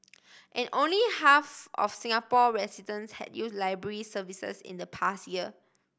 and only half of Singapore residents had used library services in the past year